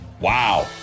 Wow